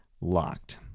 locked